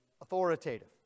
authoritative